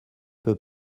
peux